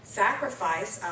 sacrifice